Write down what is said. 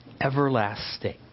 everlasting